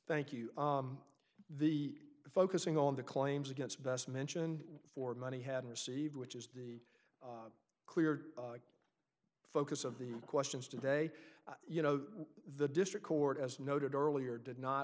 thank you the focusing on the claims against best mentioned for money had received which is the clear focus of the questions today you know the district court as noted earlier did not